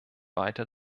weiter